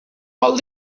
vol